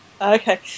Okay